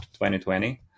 2020